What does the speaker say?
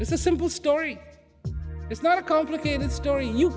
is a simple story it's not a complicated story you